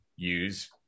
use